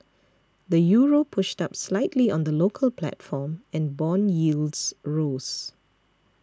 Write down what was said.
the Euro pushed up slightly on the local platform and bond yields rose